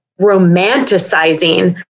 romanticizing